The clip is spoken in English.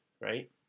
Right